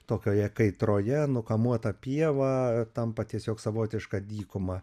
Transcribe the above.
tokioje kaitroje nukamuota pieva tampa tiesiog savotiška dykuma